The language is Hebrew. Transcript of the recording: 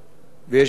ויש ביקורות.